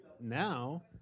now